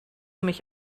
mich